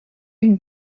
une